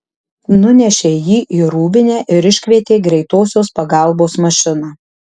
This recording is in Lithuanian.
nunešė jį į rūbinę ir iškvietė greitosios pagalbos mašiną